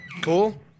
Cool